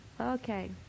Okay